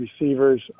receivers